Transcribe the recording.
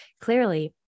clearly